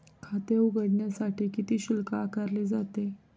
खाते उघडण्यासाठी किती शुल्क आकारले जाते?